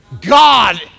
God